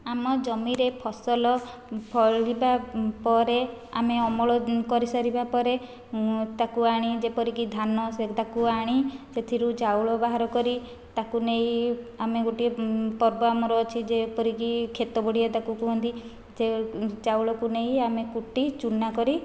ଆମ ଜମିରେ ଫସଲ ଫଳିବା ପରେ ଆମେ ଅମଳ କରିସାରିବା ପରେ ତାକୁ ଆଣି ଯେପରିକି ଧାନ ସେ ତାକୁ ଆଣି ସେଥିରୁ ଚାଉଳ ବାହାର କରି ତାକୁ ନେଇ ଆମେ ଗୋଟିଏ ପର୍ବ ଆମର ଅଛି ଯେପରିକି କ୍ଷେତବଢ଼ିଆ ତାକୁ କହନ୍ତି ଯେ ଚାଉଳକୁ ନେଇ ଆମେ କୁଟି ଚୂନା କରି